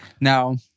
now